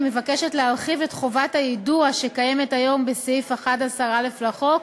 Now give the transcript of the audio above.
מבקשים להרחיב את חובת היידוע שקיימת היום בסעיף 11א לחוק,